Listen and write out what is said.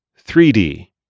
3D